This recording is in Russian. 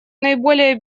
наиболее